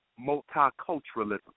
multiculturalism